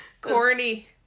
Corny